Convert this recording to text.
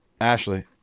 Ashley